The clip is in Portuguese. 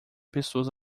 pessoas